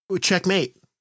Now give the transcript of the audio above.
checkmate